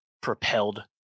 propelled